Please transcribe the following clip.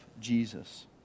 Jesus